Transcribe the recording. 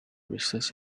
research